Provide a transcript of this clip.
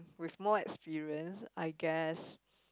with more experience I guess